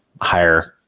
higher